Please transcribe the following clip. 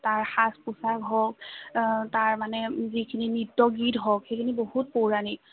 তাৰ সাজ পোচাক হওক তাৰ মানে যিখিনি নৃত্য গীত হওক সেইখিনি বহুত পৌৰাণিক